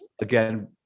again